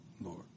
Lord